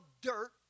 dirt